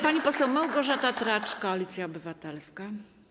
Pani poseł Małgorzata Tracz, Koalicja Obywatelska.